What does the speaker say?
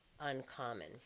uncommon